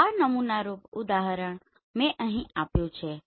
આ નમૂનારૂપ ઉદાહરણ મે અહી આપ્યું છે